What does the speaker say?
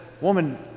Woman